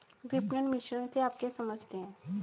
विपणन मिश्रण से आप क्या समझते हैं?